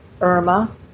Irma